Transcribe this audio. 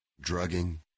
drugging